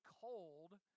cold